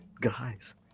guys